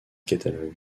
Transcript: catalogue